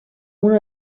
una